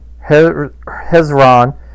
Hezron